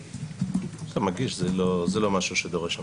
אתה מגיש, זה לא משהו שדורש המתנה,